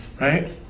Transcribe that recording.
Right